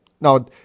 Now